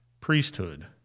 priesthood